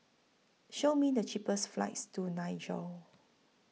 Show Me The cheapest flights to Niger